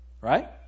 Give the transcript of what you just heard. Right